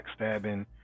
backstabbing